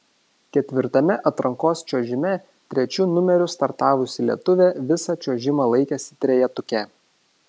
ketvirtame atrankos čiuožime trečiu numeriu startavusi lietuvė visą čiuožimą laikėsi trejetuke